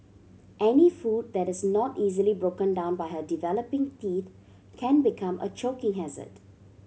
any food that is not easily broken down by her developing teeth can become a choking hazard